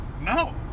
No